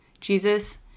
Jesus